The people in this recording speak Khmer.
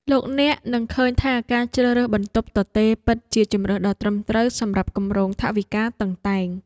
លោកអ្នកនឹងឃើញថាការជ្រើសរើសបន្ទប់ទទេរពិតជាជម្រើសដ៏ត្រឹមត្រូវសម្រាប់គម្រោងថវិកាតឹងតែង។